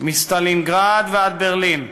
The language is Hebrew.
מסטלינגרד ועד ברלין.